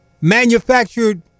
manufactured